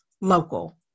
local